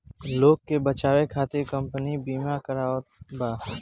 लोग के बचावे खतिर कम्पनी बिमा करावत बा